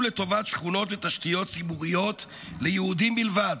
לטובת שכונות ותשתיות ציבוריות ליהודים בלבד